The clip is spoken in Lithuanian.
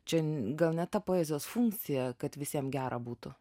čia gal ne ta poezijos funkcija kad visiem gera būtų